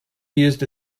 used